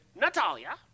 Natalia